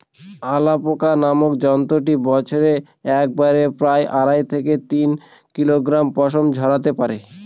alpaca নামক জন্তুটি বছরে একবারে প্রায় আড়াই থেকে তিন কিলোগ্রাম পশম ঝোরাতে পারে